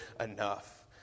enough